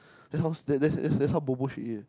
that's how that's that's how bobo she is